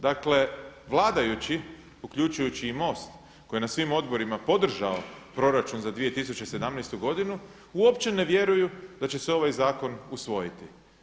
Dakle vladajući uključujući i MOST koji je na svim odborima podržao proračun za 2017. godinu uopće ne vjeruju da će se ovaj zakon usvojiti.